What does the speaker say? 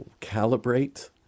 calibrate